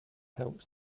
helps